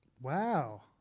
Wow